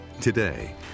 Today